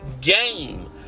game